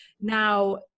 Now